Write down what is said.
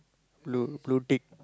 blue blue tick